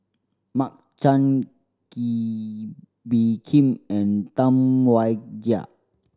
Mark Chan Kee Bee Khim and Tam Wai Jia